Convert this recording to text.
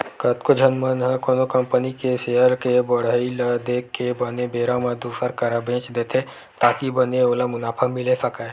कतको झन मन ह कोनो कंपनी के सेयर के बड़हई ल देख के बने बेरा म दुसर करा बेंच देथे ताकि बने ओला मुनाफा मिले सकय